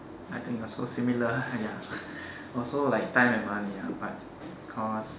I think also similar ya also like time and money ah but because